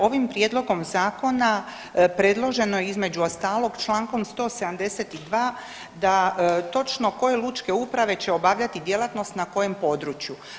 Ovim Prijedlogom Zakona predloženo je između ostalog čl. 172 da točno koje lučke uprave će obavljati djelatnost na kojem području?